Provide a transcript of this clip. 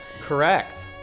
Correct